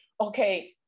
okay